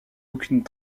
aucune